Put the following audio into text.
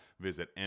visit